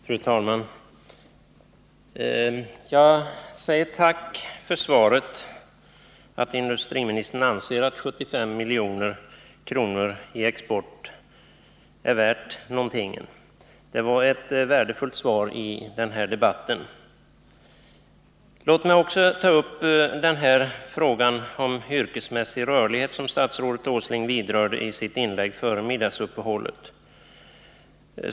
Fru talman! Jag tackar för svaret från industriministern att han anser att 75 milj.kr. i export är värt någonting. Det var ett värdefullt svar i den här debatten. Låt mig också ta upp frågan om den yrkesmässiga rörligheten, som statsrådet Åsling berörde i sitt inlägg före middagsuppehållet.